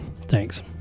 Thanks